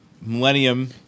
Millennium